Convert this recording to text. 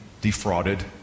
defrauded